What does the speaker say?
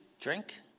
drink